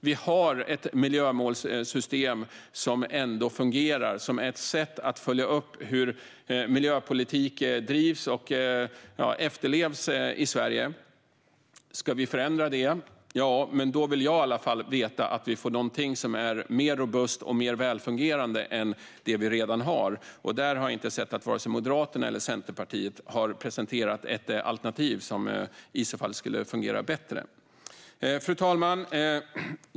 Vi har ett miljömålssystem som ändå fungerar som ett sätt att följa upp hur miljöpolitik drivs och efterlevs i Sverige. Om vi ska förändra det vill jag i alla fall veta att vi får något som är mer robust och välfungerande än det vi redan har. Jag har inte sett att vare sig Moderaterna eller Centerpartiet har presenterat något alternativ som skulle fungera bättre. Fru talman!